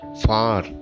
far